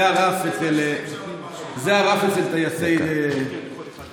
זה הרף אצל טייסי צה"ל.